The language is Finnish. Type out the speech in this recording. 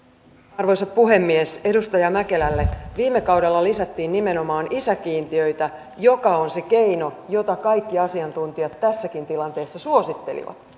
arvoisa puhemies edustaja mäkelälle viime kaudella lisättiin nimenomaan isäkiintiöitä mikä on se keino jota kaikki asiantuntijat tässäkin tilanteessa suosittelivat